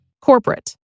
Corporate